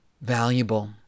valuable